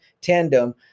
tandem